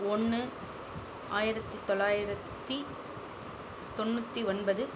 ஒன்று ஆயிரத்தி தொள்ளாயிரத்தி தொண்ணூற்றி ஒன்பது